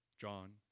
John